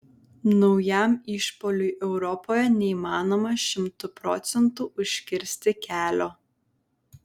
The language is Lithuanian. naujam išpuoliui europoje neįmanoma šimtu procentų užkirsti kelio